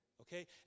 okay